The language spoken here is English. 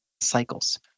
cycles